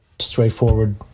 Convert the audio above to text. straightforward